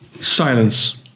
Silence